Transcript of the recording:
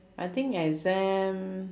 I think exam